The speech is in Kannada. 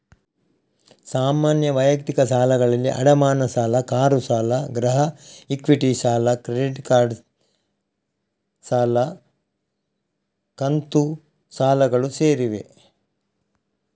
ಸಾಮಾನ್ಯ ವೈಯಕ್ತಿಕ ಸಾಲಗಳಲ್ಲಿ ಅಡಮಾನ ಸಾಲ, ಕಾರು ಸಾಲ, ಗೃಹ ಇಕ್ವಿಟಿ ಸಾಲ, ಕ್ರೆಡಿಟ್ ಕಾರ್ಡ್, ಕಂತು ಸಾಲಗಳು ಸೇರಿವೆ